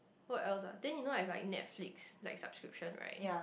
what else ah then you know if like Netflix like subscription right